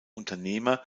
unternehmer